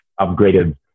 upgraded